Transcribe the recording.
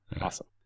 awesome